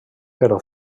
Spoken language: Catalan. però